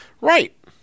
Right